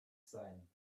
sein